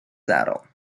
saddle